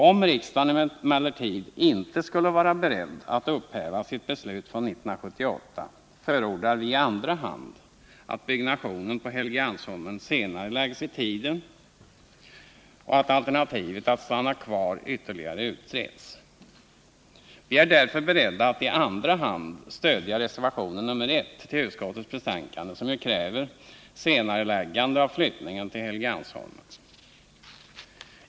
Om riksdagen emellertid inte skulle vara beredd att upphäva sitt beslut från 1978, förordar vi i andra hand att byggnationen på Helgeandsholmen senareläggs i tiden och att alternativet att stanna kvar ytterligare utreds. Vi är därför beredda att i andra hand stödja reservation 1 till utskottets betänkande, som ju kräver senareläggande av flyttningen till Helgeandsholmen.